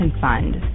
Fund